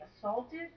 assaulted